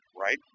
right